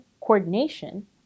coordination